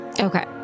Okay